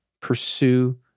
pursue